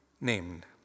named